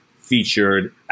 featured